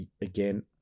again